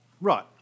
Right